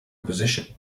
opposition